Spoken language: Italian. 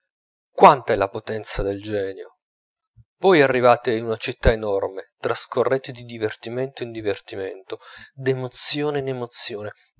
quanta è la potenza del genio voi arrivate in una città enorme trascorrete di divertimento in divertimento d'emozione